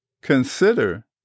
consider